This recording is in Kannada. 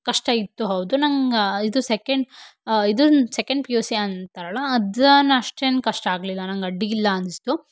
ಕಷ್ಟ ಇತ್ತು ಹೌದು ನಂಗೆ ಇದು ಸೆಕೆಂಡ್ ಇದನ್ನು ಸೆಕೆಂಡ್ ಪಿ ಯು ಸಿ ಅಂತಾರಲ್ಲ ಅದನ್ ಅಷ್ಟೇನು ಕಷ್ಟ ಆಗಲಿಲ್ಲ ನಂಗೆ ಅಡ್ಡಿಯಿಲ್ಲ ಅನಿಸ್ತು